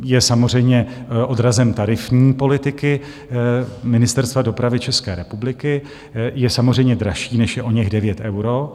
Je samozřejmě odrazem tarifní politiky Ministerstva dopravy České republiky, je samozřejmě dražší, než je oněch 9 euro.